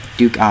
Duke